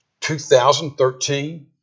2013